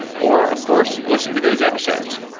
or of course, listen to those episodes